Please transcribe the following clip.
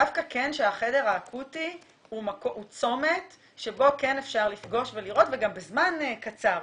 דווקא כן שהחדר האקוטי הוא צומת שבו כן אפשר לפגוש ולראות וגם בזמן קצר.